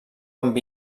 amb